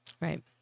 right